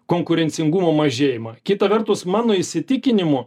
konkurencingumo mažėjimą kita vertus mano įsitikinimu